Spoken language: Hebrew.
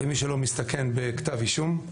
ומי שלא הוא מסתכן בכתב אישום,